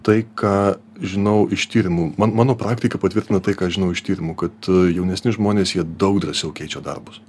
tai ką žinau iš tyrimų mano praktika patvirtina tai ką aš žinau iš tyrimų kad jaunesni žmonės jie daug drąsiau keičia darbus